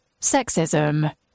sexism